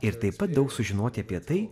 ir taip pat daug sužinoti apie tai